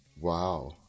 Wow